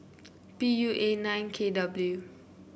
P U A nine K W